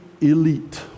elite